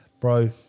Bro